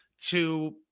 to-